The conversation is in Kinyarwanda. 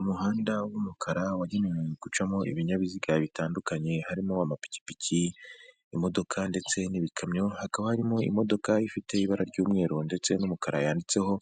Umuhanda w'umukara wagenewe gucamo ibinyabiziga bitandukanye, harimo amapikipiki imodoka ndetse n'ibikamyo, hakaba harimo imodoka ifite ibara ry'umweru ndetse n'umukara yanditseho: